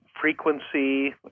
frequency